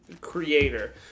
creator